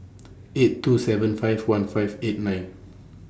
eight two seven five one five eight nine